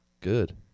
Good